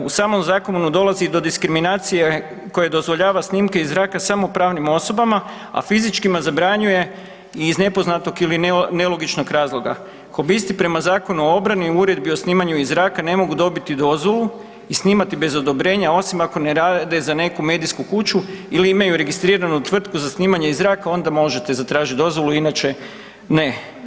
U samom zakonu dolazi do diskriminacije koja dozvoljava snimke iz zraka samo pravnim osobama a fizičkima zabranjuje iz nepoznatog ili nelogičnog razloga. ... prema Zakonu o obrani u uredbi o snimanju iz zraka ne mogu dobiti dozvolu, i snimati bez odobrenja osim ako ne rade za neku medijsku kuću ili imaju registriranu tvrtku za snimanje iz zraka, onda možete zatražiti dozvolu, inače ne.